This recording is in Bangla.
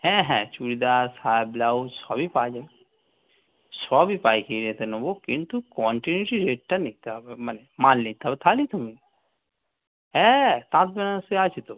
হ্যাঁ হ্যাঁ চুড়িদার সায়া ব্লাউস সবই পাওয়া যায় সবই পাইকারী রেটে নেবো কিন্তু কন্টিনিউটি রেটটা নিতে হবে মানে মাল নিতে হবে থালেই তোমি হ্যাঁ তাঁত বেনারসী আছে তো